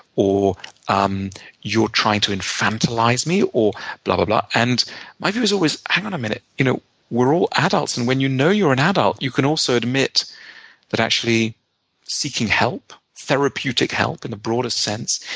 or um you're trying to infantilize me, or blablabla. and my view is always, hang on a minute. you know we're all adults. and when you know you're an adult, you can also admit that actually seeking help, therapeutic help in the broadest sense,